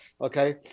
okay